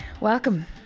welcome